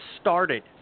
started